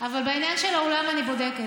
אבל בעניין של האולם אני בודקת.